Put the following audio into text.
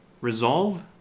resolve